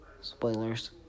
Spoilers